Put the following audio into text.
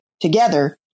together